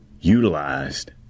utilized